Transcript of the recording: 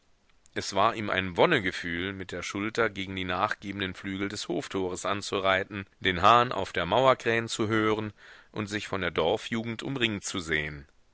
es war ihm ein wonnegefühl mit der schulter gegen den nachgebenden flügel des hoftores anzureiten den hahn auf der mauer krähen zu hören und sich von der dorfjugend umringt zu sehen